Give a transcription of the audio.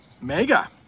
Mega